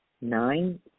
Nine